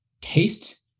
taste